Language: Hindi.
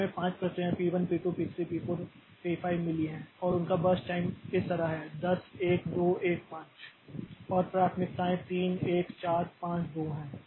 तो हमें पाँच प्रक्रियाएँ P 1 P 2 P 3 P 4 P 5 मिली हैं और उनका बर्स्ट टाइम इस तरह है 10 1 2 1 5 और प्राथमिकताएँ 3 1 4 5 2 हैं